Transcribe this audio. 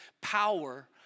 power